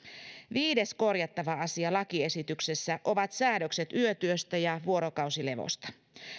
viides korjattava asia lakiesityksessä ovat säädökset yötyöstä ja vuorokausilevosta